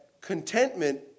contentment